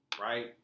right